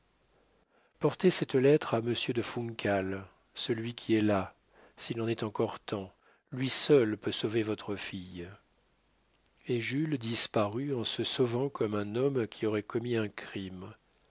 portez cette lettre à monsieur de funcal celui qui est là s'il en est encore temps lui seul peut sauver sa fille et jules disparut en se sauvant comme un homme qui aurait commis un crime